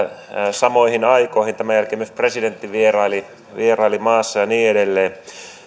samoihin aikoihin tämän jälkeen myös presidentti vieraili vieraili maassa ja niin edelleen